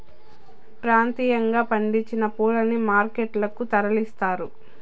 ప్రాంతీయంగా పండించిన పూలని మార్కెట్ లకు తరలిస్తారు